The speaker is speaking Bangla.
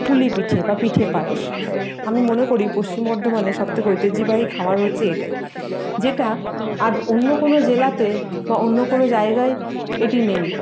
পুলিপিঠে বা পিঠে পায়েস আমি মনে করি পশ্চিম বর্ধমানে সবথেকে ঐতিহ্যিবাহী খাবার হচ্ছে এটাই যেটা আর অন্য কোনো জেলাতে বা অন্য কোনো জায়গায় এটি নেই